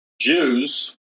Jews